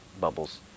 bubbles